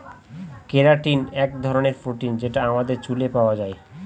keratin এক ধরনের protein যেটা আমাদের চুলে পাওয়া যায়